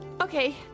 Okay